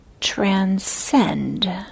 transcend